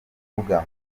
kuvuga